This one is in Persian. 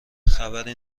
خبری